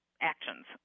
actions